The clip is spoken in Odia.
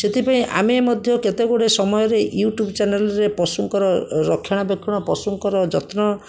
ସେଥିପାଇଁ ଆମେ ମଧ୍ୟ କେତେଗୁଡ଼ିଏ ସମୟରେ ୟୁଟ୍ୟୁବ୍ ଚ୍ୟାନେଲରେ ପଶୁଙ୍କର ରକ୍ଷଣାବେକ୍ଷଣ ପଶୁଙ୍କର ଯତ୍ନ